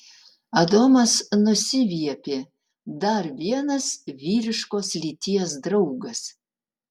adomas nusiviepė dar vienas vyriškos lyties draugas